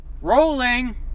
Rolling